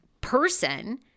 person